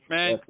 Man